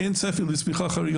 אין צפי לצמיחה חריגה